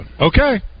Okay